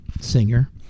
singer